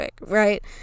Right